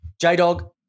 J-Dog